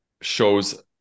shows